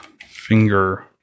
Finger